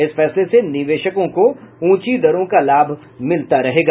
इस फैसले से निवेशकों को ऊंची दरों का लाभ मिलता रहेगा